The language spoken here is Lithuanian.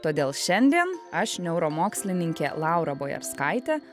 todėl šiandien aš neuromokslininkė laura bojarskaitė